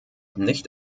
nicht